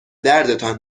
دردتان